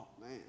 man